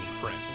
friends